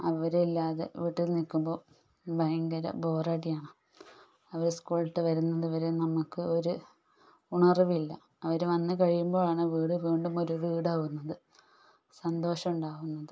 അവരില്ലാതെ വീട്ടിൽ നിൽക്കുമ്പോൾ ഭയങ്കര ബോറടിയാണ് അവർ സ്കൂൾ വിട്ട് വരുന്നത് വരെ നമുക്ക് ഒരു ഉണർവില്ല അവർ വന്നു കഴിയുമ്പോൾ ആണ് വീട് വീണ്ടും ഒരു വീടാകുന്നത് സന്തോഷം ഉണ്ടാകുന്നത്